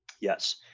Yes